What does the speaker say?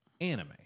anime